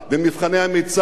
במבחני המיצ"ב,